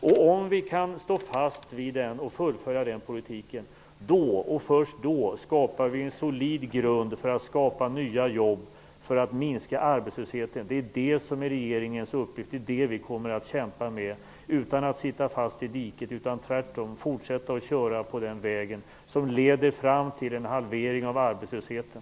Vi måste stå fast vid och fullfölja den politiken. Först då får vi en solid grund för att skapa nya jobb och minska arbetslösheten. Det är regeringens uppgift. Det kommer vi att kämpa med. Vi kommer inte att sitta fast i diket. Vi kommer tvärtom att köra på den väg som leder fram till en halvering av arbetslösheten.